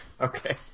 Okay